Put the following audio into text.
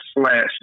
slash